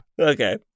Okay